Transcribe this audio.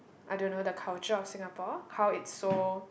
I don't know the culture of Singapore how it's so